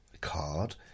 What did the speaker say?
card